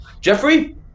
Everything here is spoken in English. Jeffrey